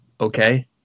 Okay